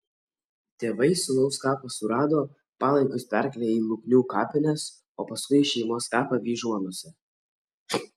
tėvai sūnaus kapą surado palaikus perkėlė į luknių kapines o paskui į šeimos kapą vyžuonose